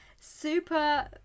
super